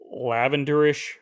lavenderish